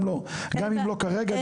גם אם לא כרגע,